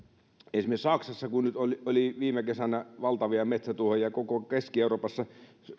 esimerkiksi saksassa nyt oli oli viime kesänä valtavia metsätuhoja koko keski euroopassa